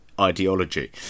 ideology